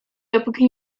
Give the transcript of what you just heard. dopóki